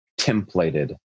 templated